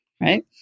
right